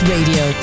Radio